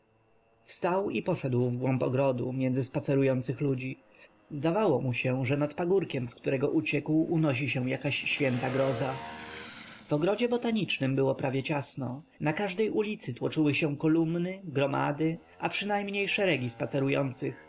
wstał i poszedł w głąb ogrodu między spacerujących ludzi zdawało mu się że nad pagórkiem z którego uciekł unosi się jakaś święta groza w ogrodzie botanicznym było prawie ciasno na każdej ulicy tłoczyły się kolumny gromady a przynajmniej szeregi spacerujących